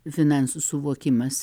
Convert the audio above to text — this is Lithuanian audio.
finansų suvokimas